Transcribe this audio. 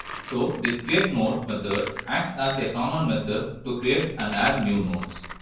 so this create node method acts as a common method to create and add new nodes.